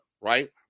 right